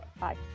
Bye